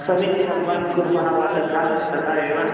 समीचीनं वा कुर्मः वा तथा तथा एव